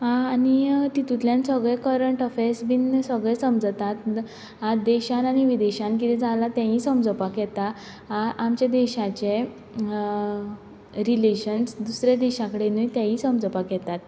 आं आनी तितुतल्यान सगळे करंट अफॅर्स बीन सगळे समजतात आं देशान आनी विदेशान किरें जालां तेंयीय समजपाक येता आं आमचे देशाचे रिलेशन्स दुसरे देशा कडेनूय तेयीय समजपाक येतात